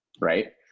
Right